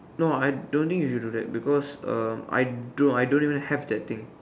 no I don't think you should do that because um I don't no I don't even have that thing